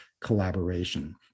collaboration